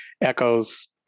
echoes